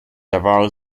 davao